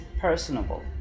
personable